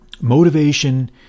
Motivation